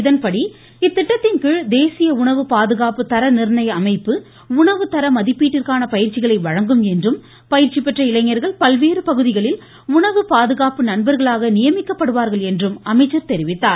இதன்படி இத்திட்டத்தின்கீழ் தேசிய உணவு பாதுகாப்பு தர நிர்ணய அமைப்பு உணவு தர மதிப்பீட்டிற்கான பயிற்சிகளை வழங்கும் என்றும் பயிற்சிபெற்ற இளைஞர்கள் பல்வேறு பகுதிகளில் உணவு பாதுகாப்பு நண்பர்களாக நியமிக்கப்படுவார்கள் என்றும் அமைச்சர் தெரிவித்தார்